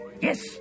Yes